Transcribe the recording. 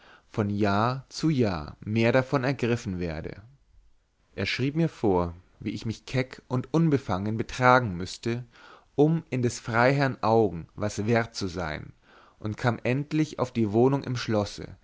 von jahr zu jahr mehr davon ergriffen werde er schrieb mir vor wie ich mich keck und unbefangen betragen müßte um in des freiherrn augen was wert zu sein und kam endlich auf die wohnung im schlosse